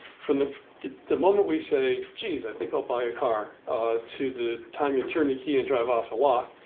from the the moment we say, geez, i think i'll buy a car to the time you turn the key and drive off the lot,